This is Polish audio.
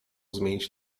zmienić